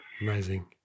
Amazing